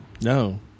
No